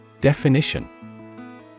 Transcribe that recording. Definition